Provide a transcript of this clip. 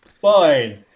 Fine